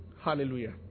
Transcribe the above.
hallelujah